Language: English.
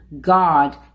God